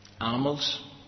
Animals